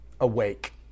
Awake